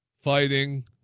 fighting